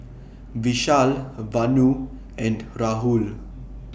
Vishal Vanu and Rahul